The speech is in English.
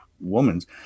woman's